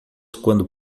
quando